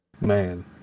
Man